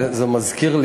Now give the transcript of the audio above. זה מזכיר לי,